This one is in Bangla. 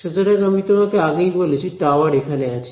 সুতরাং আমি তোমাকে আগেই বলেছি টাওয়ার এখানে আছে